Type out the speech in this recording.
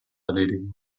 erledigen